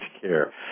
care